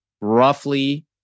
roughly